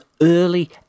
early